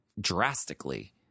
drastically